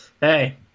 hey –